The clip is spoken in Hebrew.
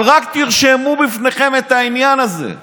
אבל רק תרשמו בפניכם את העניין הזה.